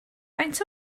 faint